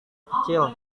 kecil